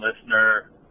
listener